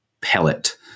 pellet